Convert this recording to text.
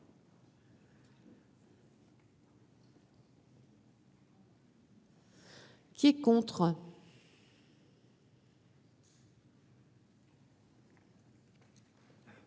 Qui est contre.